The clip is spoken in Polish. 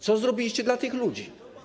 Co zrobiliście dla tych ludzi?